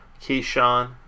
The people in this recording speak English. Keyshawn